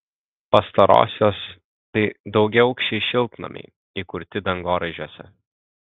pastarosios tai daugiaaukščiai šiltnamiai įkurti dangoraižiuose